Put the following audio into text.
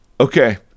Okay